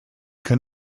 can